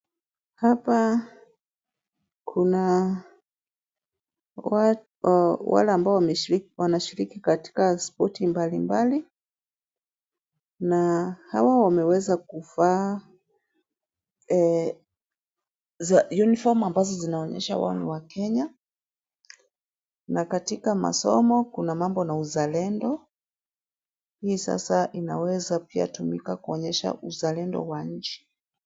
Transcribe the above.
Hapa kuna wale ambao wanashiriki katika spoti mbalimbali na hawa wameweza kuvaa uniform ambazo zinaonyesha wao ni wakenya na katika masomo kuna mambo na uzalendo. Hii sasa inaweza pia tumika kuonyesha uzalendo wa nchi.